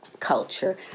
culture